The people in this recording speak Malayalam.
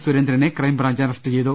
സുരേന്ദ്രനെ ക്രൈംബ്രാഞ്ച് അറസ്റ്റ് ചെയ്തു